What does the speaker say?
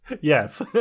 Yes